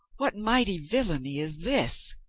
what mighty villainy is this!